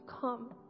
come